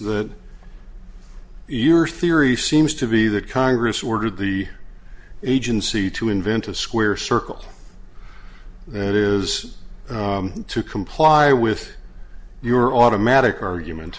that your theory seems to be that congress ordered the agency to invent a square circle that is to comply with your automatic argument